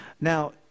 Now